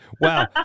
Wow